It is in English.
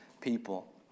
people